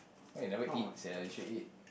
why you never eat sia you should eat